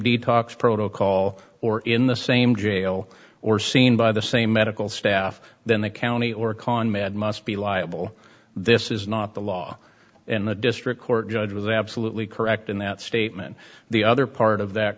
detox protocol or in the same jail or seen by the same medical staff then the county or con med must be liable this is not the law and the district court judge was absolutely correct in that statement the other part of that